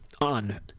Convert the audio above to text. on